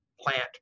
plant